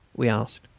we asked.